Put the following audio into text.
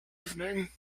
evening